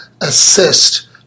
assist